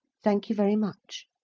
thank you very much,